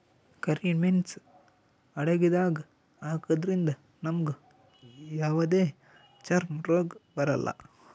ಕರಿ ಮೇಣ್ಸ್ ಅಡಗಿದಾಗ್ ಹಾಕದ್ರಿಂದ್ ನಮ್ಗ್ ಯಾವದೇ ಚರ್ಮ್ ರೋಗ್ ಬರಲ್ಲಾ